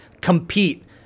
compete